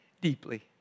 deeply